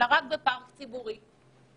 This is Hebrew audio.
אלא רק בפארק ציבורי.